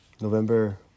November